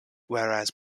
whereas